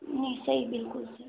नहीं सही बिल्कुल सर